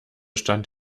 stand